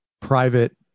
private